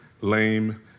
lame